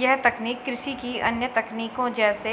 यह तकनीक कृषि की अन्य तकनीकों जैसे